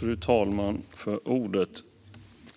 Fru talman!